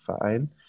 Verein